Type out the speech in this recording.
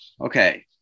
Okay